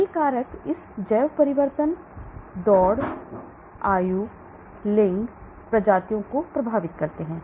कई कारक इस जैव परिवर्तन दौड़ आयु लिंग प्रजातियों को प्रभावित करते हैं